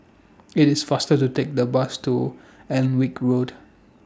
IT IS faster to Take The Bus to Alnwick Road